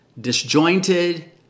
disjointed